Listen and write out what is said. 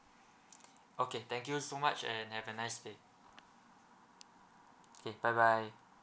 okay thank you so much and have a nice day okay bye bye